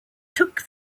took